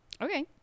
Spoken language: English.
okay